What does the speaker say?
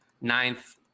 ninth